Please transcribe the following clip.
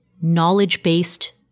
knowledge-based